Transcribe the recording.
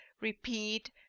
repeat